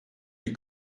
ils